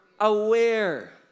Aware